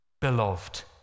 beloved